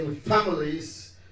families